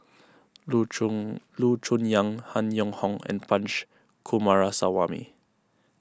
Loo Choon Yong Han Yong Hong and Punch Coomaraswamy